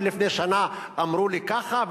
לפני שנה אמרו לי ככה,